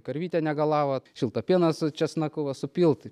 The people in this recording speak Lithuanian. karvytė negalavo šiltą pieną su česnaku va supilt